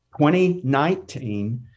2019